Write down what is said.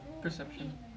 perception